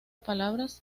palabras